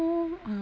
no uh